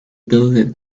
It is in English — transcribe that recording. building